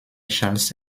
charles